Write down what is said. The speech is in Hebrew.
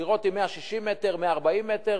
דירות של 160 מ"ר, 140 מ"ר,